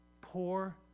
Poor